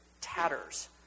tatters